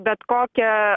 bet kokią